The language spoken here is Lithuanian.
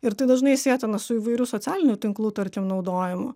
ir tai dažnai sietina su įvairių socialinių tinklų tarkim naudojimu